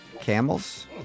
Camels